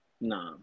No